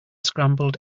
scrambled